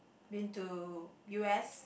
been to U_S